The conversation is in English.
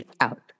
out